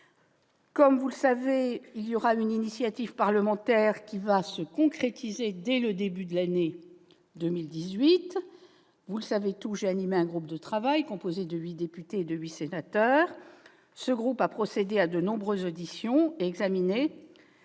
Comme vous le savez, une initiative parlementaire va se concrétiser dès le début de l'année 2018. Comme vous le savez également, j'ai animé un groupe de travail composé de huit députés et de huit sénateurs. Ce groupe a procédé à de nombreuses auditions et examiné